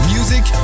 Music